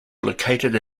located